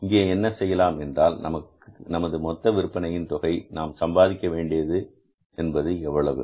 இங்கே என்ன செய்யலாம் என்றால் நமது மொத்த விற்பனையின் தொகை நாம் சம்பாதிக்க வேண்டியது என்பது எவ்வளவு